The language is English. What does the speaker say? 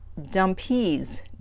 dumpees